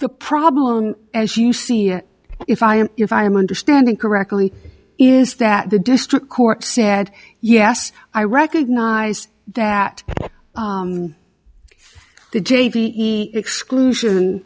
the problem as you see it if i am if i'm understanding correctly is that the district court said yes i recognize that the j t e exclusion